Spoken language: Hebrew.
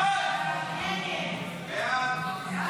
לטלוויזיה ורדיו (תיקון מס'